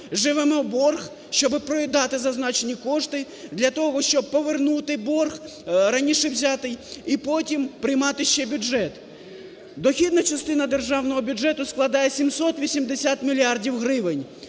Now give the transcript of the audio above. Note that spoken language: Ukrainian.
Живемо в борг, щоб проїдати зазначені кошти, для того, щоб повернути борг раніше взятий, і потім приймати ще бюджет. Дохідна частина державного бюджету складає 780 мільярдів